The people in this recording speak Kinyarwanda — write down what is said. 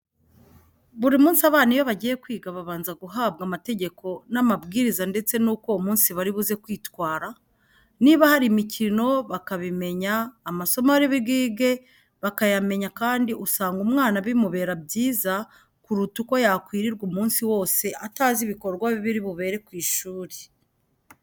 Buri munsi abana iyo bagiye kwiga babanza guhabwa amategeko n'amabwiriza ndetse n'uko uwo munsi bari buze kwitwara, niba hari imikino bakabimenya, amasomo bari bwige bakayamenya kandi usanga umwana bimubera byiza, kuruta uko yakwirirwa umunsi wose atazi ibikorwa biri bubere ku ishuri.